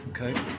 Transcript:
okay